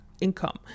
income